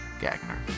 Gagner